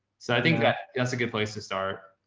so i think that that's a good place to start.